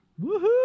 Woohoo